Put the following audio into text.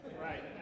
Right